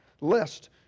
Lest